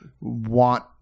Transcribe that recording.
want